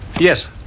Yes